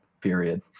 period